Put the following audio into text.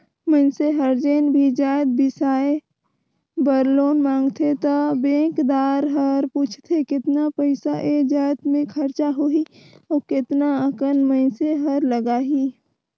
मइनसे हर जेन भी जाएत बिसाए बर लोन मांगथे त बेंकदार हर पूछथे केतना पइसा ए जाएत में खरचा होही अउ केतना अकन मइनसे हर लगाही